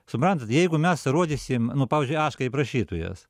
suprantat jeigu mes rodysim nu pavyzdžiui aš kaip rašytojas